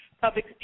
public